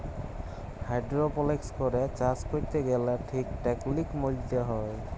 hydroponics করে চাষ ক্যরতে গ্যালে ঠিক টেকলিক মলতে হ্যয়